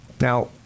Now